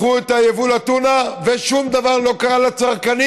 פתחו את היבוא לטונה ושום דבר לא קרה לצרכנים,